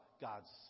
God's